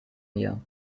mir